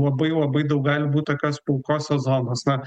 labai labai daug gali būt tokios pilkosios zonos na